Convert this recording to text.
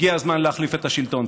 הגיע הזמן להחליף את השלטון.